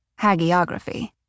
hagiography